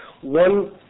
One